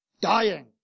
dying